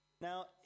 Now